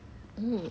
oh